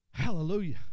hallelujah